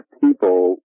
people